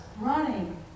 running